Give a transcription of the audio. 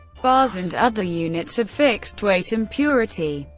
bars and other units of fixed weight and purity.